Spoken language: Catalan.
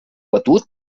batut